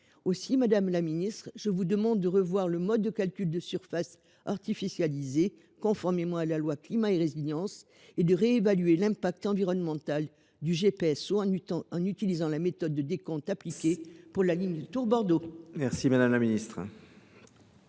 deux. Madame la ministre, je demande au Gouvernement de revoir le mode de calcul de la surface artificialisée, conformément à la loi Climat et Résilience, et de réévaluer l’impact environnemental du GPSO en utilisant la méthode de décompte appliquée pour la ligne Tours Bordeaux. La parole est à Mme la ministre.